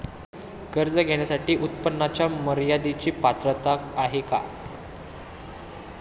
कर्ज घेण्यासाठी उत्पन्नाच्या मर्यदेची पात्रता आहे का?